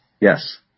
yes